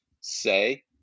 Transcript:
say